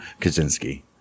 Kaczynski